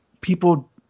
people